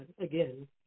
again